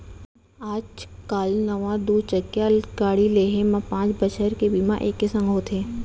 आज काल नवा दू चकिया गाड़ी लेहे म पॉंच बछर के बीमा एके संग होथे